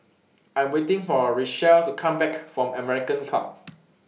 I Am waiting For Richelle to Come Back from American Club